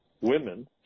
women